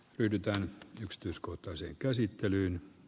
yhdyntään yksityiskohtaiseen käsittelyyn